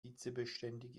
hitzebeständig